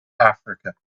africa